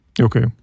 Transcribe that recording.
Okay